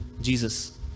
Jesus